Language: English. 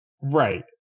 right